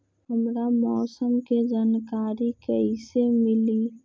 हमरा मौसम के जानकारी कैसी मिली?